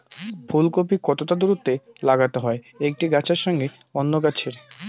ফুলকপি কতটা দূরত্বে লাগাতে হয় একটি গাছের সঙ্গে অন্য গাছের?